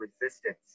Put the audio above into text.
resistance